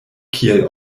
kiel